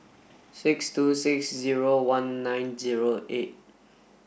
six two six zero one nine zero eight